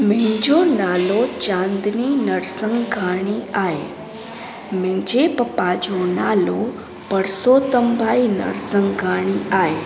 मुंहिंजो नालो चांदनी नरसंघाणी आहे मुंहिंजे पप्पा जो नालो परसोतम भाई नरसंघाणी आहे